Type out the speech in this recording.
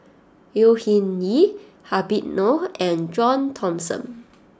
Au Hing Yee Habib Noh and John Thomson